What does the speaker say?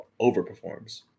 overperforms